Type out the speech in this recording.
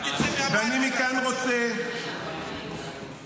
אל תצעק --- ואני מכאן רוצה, באמת,